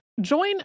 Join